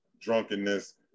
drunkenness